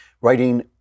writing